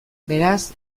beraz